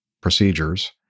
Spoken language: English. procedures